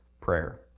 prayer